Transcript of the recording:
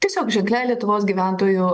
tiesiog ženklia lietuvos gyventojų